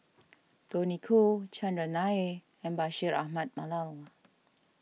Tony Khoo Chandran Nair and Bashir Ahmad Mallal